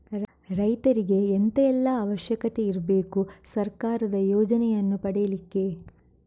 ರೈತರಿಗೆ ಎಂತ ಎಲ್ಲಾ ಅವಶ್ಯಕತೆ ಇರ್ಬೇಕು ಸರ್ಕಾರದ ಯೋಜನೆಯನ್ನು ಪಡೆಲಿಕ್ಕೆ?